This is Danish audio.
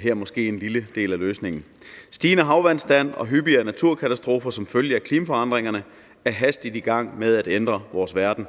her måske en lille del af løsningen. Stigende havvandstand og hyppigere naturkatastrofer som følge af klimaforandringerne er hastigt i gang med at ændre vores verden.